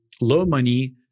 low-money